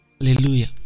Hallelujah